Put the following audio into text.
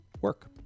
work